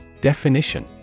Definition